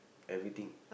everything